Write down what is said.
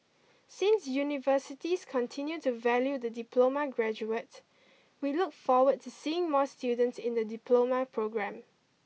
since universities continue to value the diploma graduate we look forward to seeing more students in the Diploma Programme